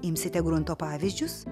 imsite grunto pavyzdžius